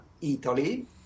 Italy